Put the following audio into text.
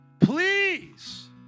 please